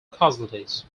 casualties